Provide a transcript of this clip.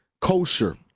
kosher